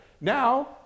Now